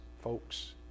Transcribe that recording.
folks